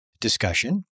discussion